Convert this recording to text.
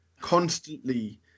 constantly